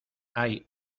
hay